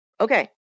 Okay